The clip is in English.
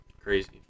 crazy